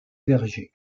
verger